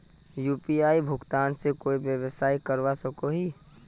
UPI भुगतान से कोई व्यवसाय करवा सकोहो ही?